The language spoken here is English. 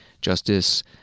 Justice